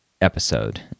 episode